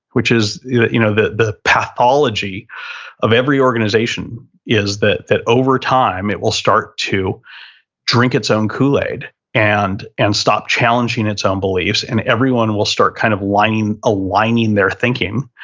which is you know you know the the pathology of every organization is that that over time it will start to drink its own kool-aid and and stop challenging its own beliefs and everyone will start kind of aligning aligning their thinking.